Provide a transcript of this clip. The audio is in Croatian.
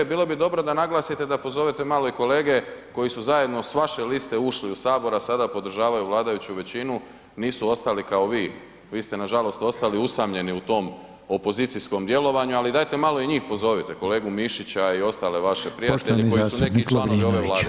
Bilo bi dobro da naglasite i da pozovete malo i kolege koji su zajedno sa vaše liste ušli u Sabor a sada podržavaju vladajuću većinu, nisu ostali kao vi, vi ste nažalost ostali usamljeni u tom opozicijskom djelovanju, ali dajte malo i njih pozovite, kolegu Mišića i ostale vaše prijatelje koji su neki i članovi ove Vlade.